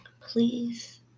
please